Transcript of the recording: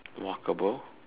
walkable